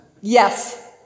Yes